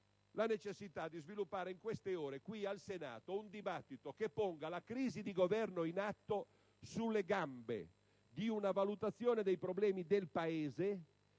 la necessità di sviluppare in queste ore qui al Senato un dibattito che ponga la crisi di Governo in atto sulle gambe di una valutazione dei problemi del Paese